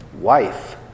wife